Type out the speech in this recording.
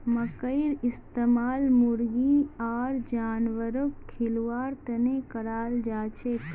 मखईर इस्तमाल मुर्गी आर जानवरक खिलव्वार तने कराल जाछेक